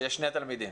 התלמידים.